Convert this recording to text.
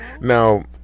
now